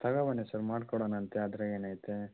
ತಗೋಬನ್ನಿ sir ಮಾಡಿಕೊಡೋಣಂತೆ ಅದ್ರಾಗೆ ಏನು ಐತೆ